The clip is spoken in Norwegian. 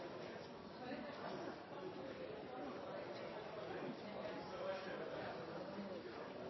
valg er kjernen